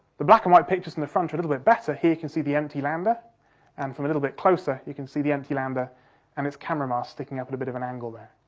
the black and white picture in the front are a little bit better, here you can see the empty lander and, from a little bit closer, you can see the empty lander and its camera mast sticking up at a bit of an angle there.